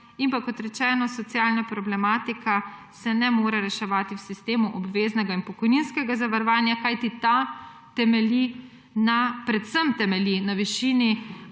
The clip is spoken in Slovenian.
In kot rečeno, socialna problematika se ne more reševati v sistemu obveznega in pokojninskega zavarovanja, kajti temelji predvsem na višini